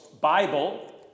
Bible